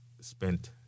spent